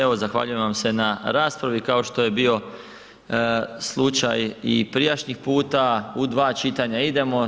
Evo zahvaljujem vam se na raspravi kao što je bio slučaj i prijašnji puta u dva čitanja idemo.